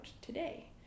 today